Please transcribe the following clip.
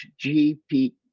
GPT